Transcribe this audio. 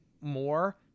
more